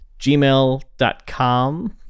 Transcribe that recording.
gmail.com